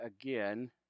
again